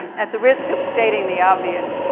at the risk of stating the obvious,